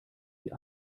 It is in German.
wie